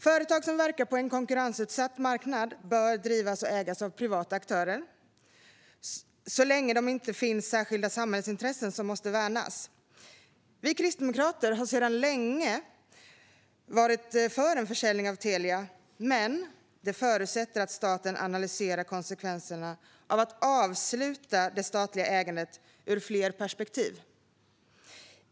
Företag som verkar på en konkurrensutsatt marknad bör drivas och ägas av privata aktörer så länge det inte finns särskilda samhällsintressen som måste värnas. Vi kristdemokrater har sedan länge varit för en försäljning av Telia. Men det förutsätter att staten analyserar konsekvenserna av att avsluta det statliga ägandet ur fler perspektiv.